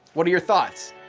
what are your thoughts?